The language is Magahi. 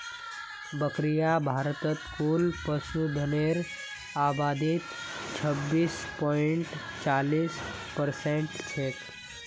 बकरियां भारतत कुल पशुधनेर आबादीत छब्बीस पॉइंट चालीस परसेंट छेक